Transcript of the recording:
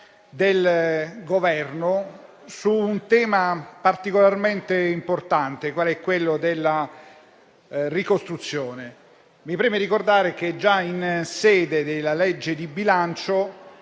del Governo su un tema particolarmente importante, quale è quello della ricostruzione. Mi preme ricordare che già in sede di legge di bilancio,